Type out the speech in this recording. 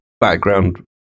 background